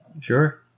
sure